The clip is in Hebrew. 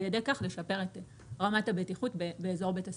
ידי כך לשפר את רמת הבטיחות באזור בית הספר.